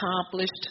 accomplished